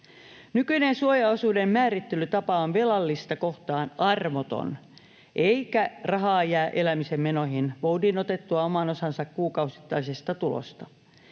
Nykyinen suojaosuuden määrittelytapa on velallista kohtaan armoton, eikä rahaa jää elämisen menoihin voudin otettua oman osansa kuukausittaisesta tulosta.